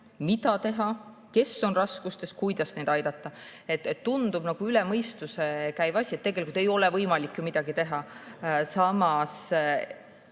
mida teha, kes on raskustes, kuidas neid aidata. Tundub üle mõistuse käiv [väide], et tegelikult ei ole võimalik midagi teha, samas